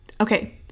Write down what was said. Okay